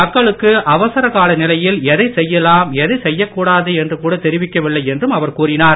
மக்களுக்கு அவசர கால நிலையில் எதை செய்யலாம் எதை செய்யக்கூடாது என்று கூட தெரிவிக்கவில்லை என்றும் அவர் கூறினார்